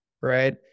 right